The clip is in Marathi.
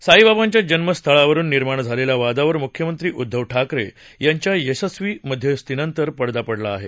साईबाबांच्या जन्मस्थळावरून निर्माण झालेल्या वादावर मुख्यमंत्री उद्दव ठाकरे यांच्या यशस्वी मध्यस्थीनंतर पडदा पडला आहे